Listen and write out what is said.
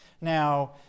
Now